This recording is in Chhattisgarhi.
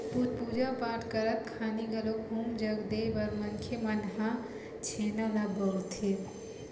पूजा पाठ करत खानी घलोक हूम जग देय बर मनखे मन ह छेना ल बउरथे